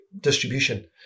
distribution